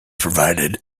provided